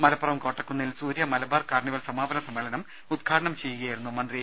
മലപ്പുറം കോട്ടക്കുന്നിൽ സൂര്യ മലബാർ കാർണിവൽ സമാപന സമ്മേളനം ഉദ്ഘാടനം ചെയ്യുകയായിരുന്നു മന്ത്രി